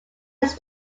his